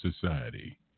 society